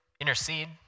intercede